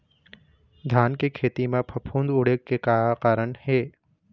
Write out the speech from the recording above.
धान के खेती म फफूंद उड़े के का कारण हे?